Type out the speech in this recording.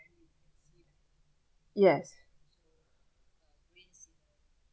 yes